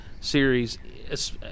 series